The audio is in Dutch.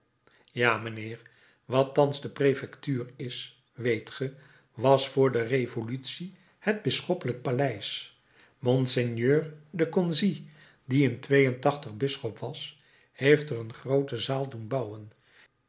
ja mijnheer wat thans de prefectuur is weet ge was vr de revolutie het bisschoppelijk paleis monseigneur de conzié die in twee en tachtig bisschop was heeft er een groote zaal doen bouwen